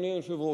אדוני היושב-ראש,